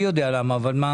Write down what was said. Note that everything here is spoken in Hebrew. למה